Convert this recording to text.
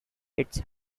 its